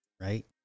right